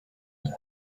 داد